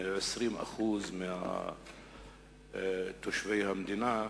מ-20% מתושבי המדינה,